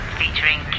featuring